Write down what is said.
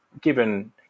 given